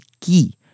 key